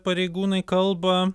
pareigūnai kalba